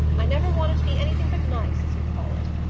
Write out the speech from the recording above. i never wanted to be anything but nice, as you call it.